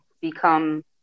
become